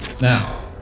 now